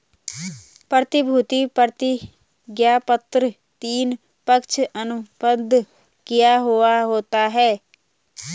प्रतिभूति प्रतिज्ञापत्र तीन, पक्ष अनुबंध किया हुवा होता है